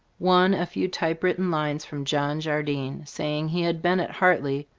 one a few typewritten lines from john jardine, saying he had been at hartley,